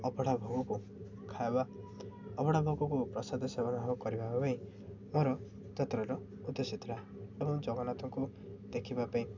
ଅବଢ଼ା ଭୋଗକୁ ଖାଇବା ଅବଢ଼ା ଭୋଗକୁ ପ୍ରସାଦ ସେବନ ଭାବେ କରିବା ପାଇଁ ମୋର ଯାତ୍ରାର ଉଦ୍ଦେଶ୍ୟ ଥିଲା ଏବଂ ଜଗନ୍ନାଥଙ୍କୁ ଦେଖିବା ପାଇଁ